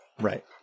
right